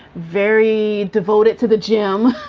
very devoted to the gym